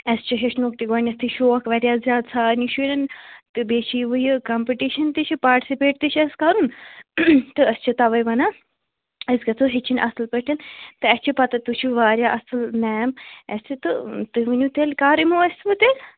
اَسہِ چھُ ہیٚچھٕنُکھ تہِ گۄڈ نیٚتھٕے شوق واریاہ زیادٕ سارنی شُریٚن تہٕ بیٚیہِ چھُ یہِ وۄنۍ یہِ کامپِٹِشن تہِ چھُ پاٹِسِپیٹ تہِ چھُ اَسہِ کَرُن تہٕ أسۍ چھِ تَوے ونان أسۍ گَژھو ہیٚچھٕنۍ اَصٕل پٲٹھۍ تہٕ اَسہِ چھِ پتاہ تُہۍ چھِو واریاہ اصٕل میم اَسہِ تہِ تُہۍ ؤنِو تیٚلہِ کَر یِمو أسۍ وۄنۍ تیٚلہِ